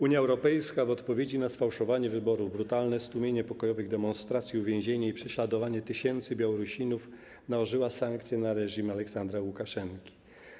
Unia Europejska w odpowiedzi na sfałszowanie wyborów, brutalne stłumienie pokojowych demonstracji, uwięzienie i prześladowanie tysięcy Białorusinów - nałożyła sankcje na reżim Aleksandra Łukaszenki.